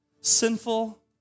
sinful